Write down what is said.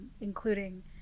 including